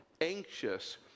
anxious